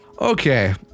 Okay